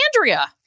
andrea